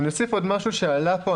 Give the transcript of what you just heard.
ואני אוסיף עוד משהו שעלה פה,